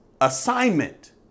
assignment